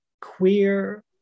queer